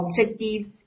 objectives